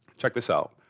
check this out.